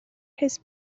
his